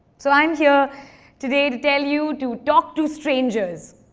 so i'm here today to tell you to talk to strangers,